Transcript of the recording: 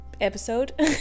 episode